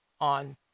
on